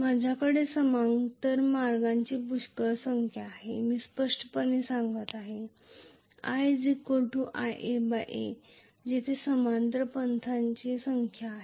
माझ्याकडे समांतर मार्गांची पुष्कळ संख्या असल्यास मी स्पष्टपणे सांगत आहे i Ia a जेथे समांतर पथांची संख्या आहे